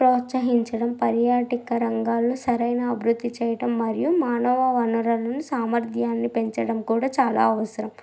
ప్రోత్సహించడం పర్యాటక రంగాల్లో సరైన అభివృద్ధి చేయటం మరియు మానవ వనరులను సామర్ధ్యాన్ని పెంచడం కూడా చాలా అవసరం